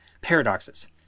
paradoxes